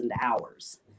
hours